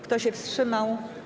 Kto się wstrzymał?